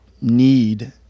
need